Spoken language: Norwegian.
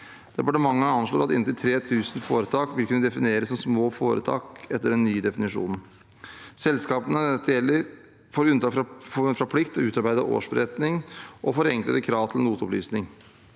Departementet anslår at inntil 3 000 foretak vil kunne defineres som små foretak etter den nye definisjonen. Selskapene dette gjelder, får unntak fra plikt til å utarbeide årsberetning og forenklede krav til noteopplysninger.